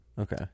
Okay